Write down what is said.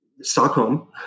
Stockholm